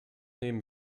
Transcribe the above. nehmen